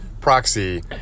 proxy